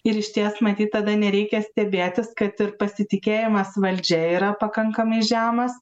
ir išties matyt tada nereikia stebėtis kad ir pasitikėjimas valdžia yra pakankamai žemas